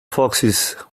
foxes